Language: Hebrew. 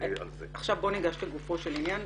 עכשיו בוא ניגש לגופו של עניין.